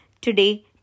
today